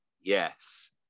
Yes